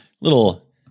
little